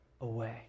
away